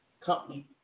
company